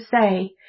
say